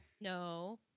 No